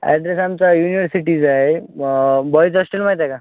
address आमचा युनिव्हर्सिटीचा आहे बॉईज हॉस्टेल माहिती आहे का